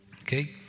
Okay